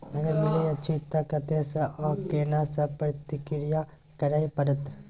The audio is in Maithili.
अगर मिलय अछि त कत्ते स आ केना सब प्रक्रिया करय परत?